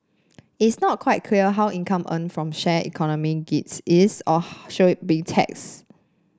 it's not quite clear how income earned from shared economy gigs is or should it be taxed